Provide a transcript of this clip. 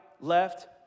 left